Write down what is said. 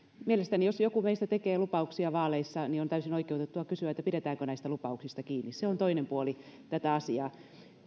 mielestäni jos joku meistä tekee lupauksia vaaleissa niin on täysin oikeutettua kysyä pidetäänkö näistä lupauksista kiinni se on toinen puoli tätä asiaa